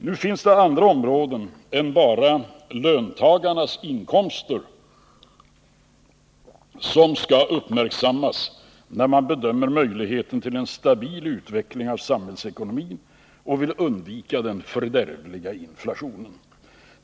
Nu finns det andra områden än bara löntagarnas inkomster som skall uppmärksammas när man bedömer möjligheten till en stabil utveckling av samhällsekonomin och vill undvika den fördärvliga inflationen.